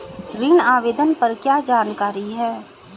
ऋण आवेदन पर क्या जानकारी है?